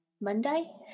Monday